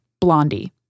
Blondie